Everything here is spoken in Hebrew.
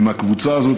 עם הקבוצה הזאת,